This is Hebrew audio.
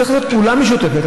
צריכה להיות פעולה משותפת.